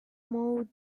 move